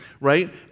right